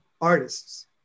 artists